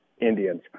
Indians